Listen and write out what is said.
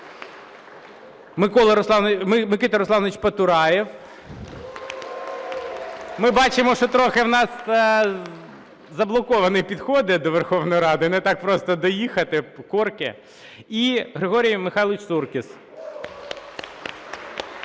Микита Русланович Потураєв. Ми бачимо, що трохи у нас заблоковані підходи до Верховної Ради, не так просто доїхати, корки. І Григорій Михайлович Суркіс.